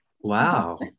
Wow